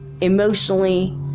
emotionally